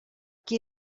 qui